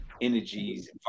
energies